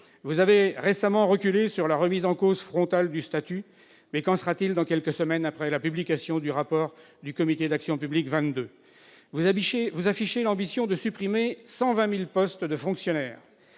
Vous avez récemment reculé sur la remise en cause frontale du statut. Mais qu'en sera-t-il dans quelques semaines, après la publication du rapport du Comité Action publique 2022 ? Vous affichez l'ambition de supprimer 120 000 postes de fonctionnaires.